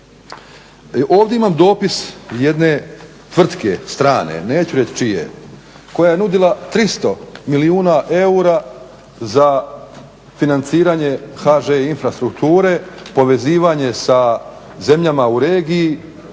ovdje imam dopis jedne tvrtke strane, neću reći čije koja je nudila 300 milijuna eura za financiranje HŽ Infrastrukture, povezivanje sa zemljama u regiji